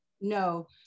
no